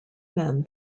men